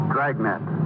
Dragnet